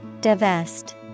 Divest